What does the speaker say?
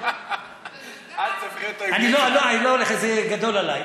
אני לא הולך, זה גדול עלי.